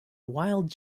wild